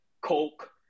Coke